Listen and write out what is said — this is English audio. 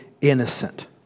innocent